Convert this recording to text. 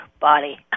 body